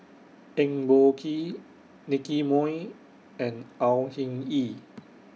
Eng Boh Kee Nicky Moey and Au Hing Yee